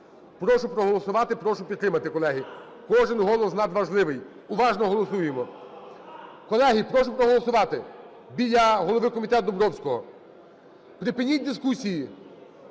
Прошу проголосувати, прошу підтримати, колеги. Кожен голос надважливий. Уважно голосуємо. Колеги, прошу проголосувати, біля голови комітету Домбровського. Припиніть дискусії!